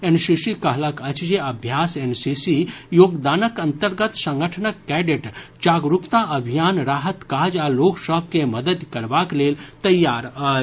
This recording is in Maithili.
एनसीसी कहलक अछि जे अभ्यास एनसीसी योगदानक अंतर्गत संगठनक कैडेट जागरूकता अभियान राहत काज आ लोक सभ के मददि करबाक लेल तैयार अछि